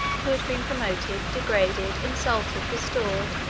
who had been promoted, degraded, insulted, restored,